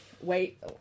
Wait